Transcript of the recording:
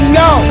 no